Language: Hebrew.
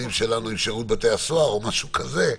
שלנו עם שירות בתי הסוהר או משהו כזה.